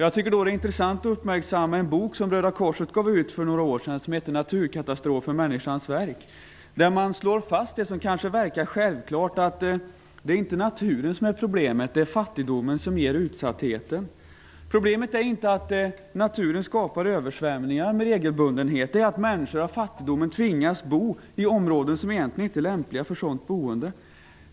Det vore intressant att uppmärksamma en bok som Röda korset gav ut för några år sedan. Den heter Naturkatastrofer - människans verk. Där slår man fast det som kanske verkar självklart, att det inte är naturen som är problemet utan det är fattigdomen som ger utsattheten. Problemet är inte att naturen skapar översvämningar med regelbundenhet, utan det är att människor av fattigdom tvingas bo i områden som egentligen inte är lämpliga för boende.